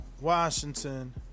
washington